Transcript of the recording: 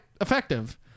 effective